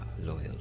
loyal